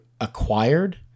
acquired